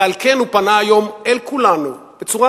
ועל כן הוא פנה היום אל כולנו בצורה